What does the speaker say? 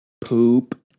Poop